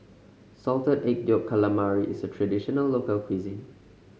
Salted Egg Yolk Calamari is a traditional local cuisine